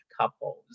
couples